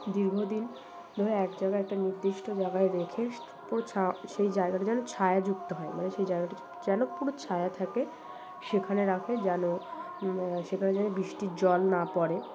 দীর্ঘদিন ধরে এক জায়গায় একটা নির্দিষ্ট জায়গায় রেখে পুরো ছায়া সেই জায়গাটা যেন ছায়া যুক্ত হয় মানে সেই জায়গাটা যেন পুরো ছায়া থাকে সেখানে রাখে যেন সেখানে যেন বৃষ্টির জল না পড়ে